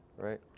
Right